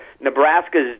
Nebraska's –